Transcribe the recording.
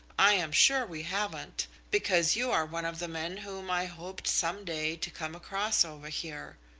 i am sure we haven't, because you are one of the men whom i hoped some day to come across over here.